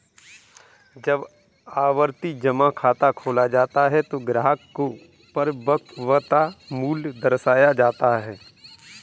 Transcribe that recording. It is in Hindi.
जब आवर्ती जमा खाता खोला जाता है तो ग्राहक को परिपक्वता मूल्य दर्शाया जाता है